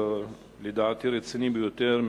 לדעתי רציני ביותר,